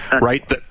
right